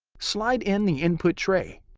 slide in the input tray.